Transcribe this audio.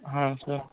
हां सर